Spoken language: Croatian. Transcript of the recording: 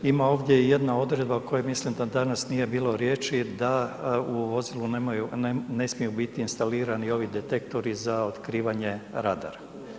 Ima ovdje i jedna odredba o kojoj mislim da danas nije bilo riječi, da u vozilu ne smiju biti instalirani ovi detektori za otkrivanje radara.